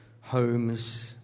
homes